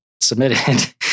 submitted